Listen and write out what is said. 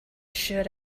sure